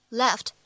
left